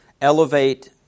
elevate